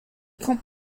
kommt